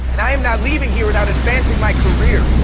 and i am not leaving here without advancing my career.